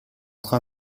train